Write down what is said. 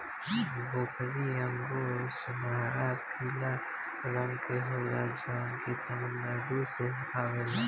भोकरी अंगूर सुनहरा पीला रंग के होला जवन की तमिलनाडु से आवेला